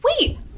wait